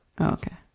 Okay